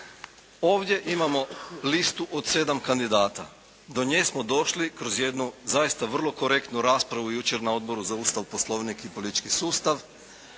Ovdje imamo listu od 7 kandidata. Do nje smo došli kroz jednu zaista vrlo korektnu raspravu jučer na Odboru za Ustav, Poslovnik i politički sustav.